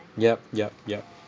yup yup yup